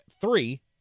three